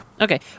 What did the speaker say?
Okay